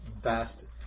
vast